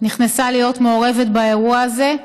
נכנסה להיות מעורבת באירוע הזה.